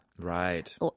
Right